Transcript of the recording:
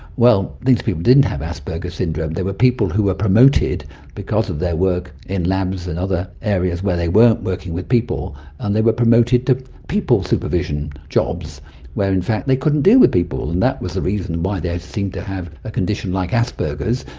well, these people didn't have asperger's syndrome, they were people who were promoted because of their work in labs and other areas where they weren't working with people and they were promoted to people-supervision jobs where in fact they couldn't deal with people, and that was the reason why they seemed to have a condition like asperger's,